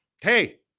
hey